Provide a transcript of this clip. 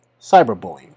cyberbullying